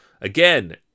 Again